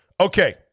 Okay